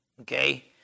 Okay